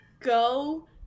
go